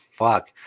Fuck